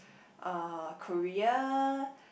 uh Korea